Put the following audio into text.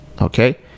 Okay